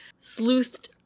sleuthed